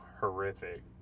horrific